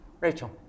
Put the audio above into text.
Rachel